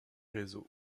réseaux